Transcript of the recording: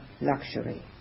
luxury